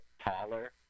taller